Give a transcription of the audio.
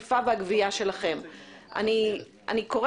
הצעתי לכם הצעת פשרה הכי הוגנת בעולם: קחו